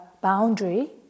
boundary